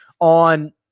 on